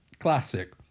Classic